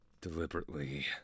Deliberately